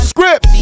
Script